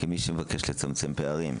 כמי שמבקש לצמצם פערים,